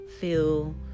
feel